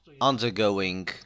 undergoing